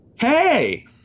Hey